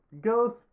Ghost